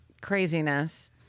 craziness